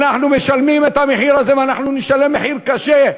אנחנו משלמים את המחיר הזה ואנחנו נשלם מחיר קשה.